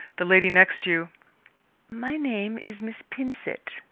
the lady next you my name is miss pinsent,